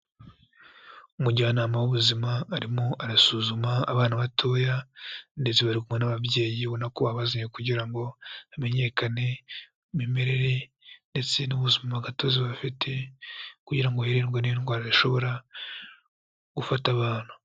Umujyanama w'ubuzima arimo arasuzuma abana batoya ndetse bari kumwe n'ababyeyi ubona ko babazanye kugira ngo hamenyekane imimerere ndetse n'ubuzimagatozi bafite kugira ngo hirindwe n'indwara zishobora gufata abana.